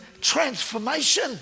transformation